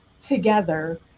together